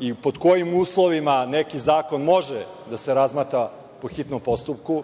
i pod kojim uslovima neki zakon može da se razmatra po hitnom postupku.